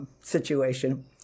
situation